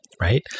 right